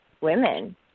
women